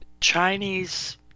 Chinese